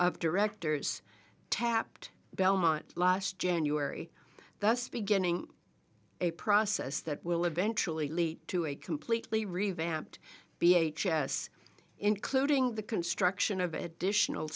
of director's tapped belmont last january that's beginning a process that will eventually lead to a completely revamped b h s including the construction of additional